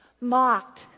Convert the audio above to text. mocked